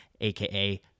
AKA